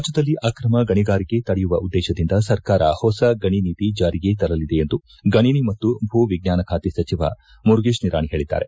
ರಾಜ್ಞದಲ್ಲಿ ಆಕ್ರಮ ಗಣಿಗಾರಿಕೆ ತಡೆಯುವ ಉದ್ದೇಶದಿಂದ ಸರ್ಕಾರ ಹೊಸ ಗಣಿ ನೀತಿ ಜಾರಿಗೆ ತರಲಿದೆ ಎಂದು ಗಣಿ ಮತ್ತು ಭೂ ವಿಜ್ಞಾನ ಖಾತೆ ಸಚಿವ ಮುರುಗೇಶ್ ನಿರಾಣಿ ಹೇಳದ್ದಾರೆ